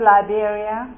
Liberia